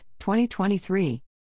2023